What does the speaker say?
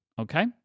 Okay